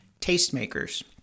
Tastemakers